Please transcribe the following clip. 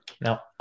Now